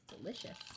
Delicious